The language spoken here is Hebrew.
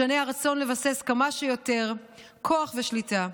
משנה הרצון לבסס כמה שיותר כוח ושליטה,